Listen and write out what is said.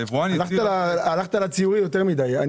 הלכת לציורי יותר מדי.